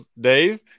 Dave